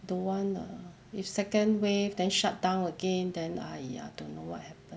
don't want err if second wave then shut down again then !aiya! don't know what happen